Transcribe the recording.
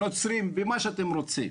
נוצרים ומה שאתם רוצים,